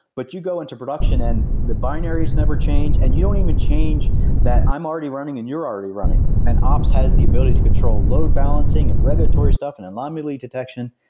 but you go into production and the binaries never change and you don't even change that i'm already running and you're already running ops has the ability to control load balancing and regulatory stuff and anomaly detection,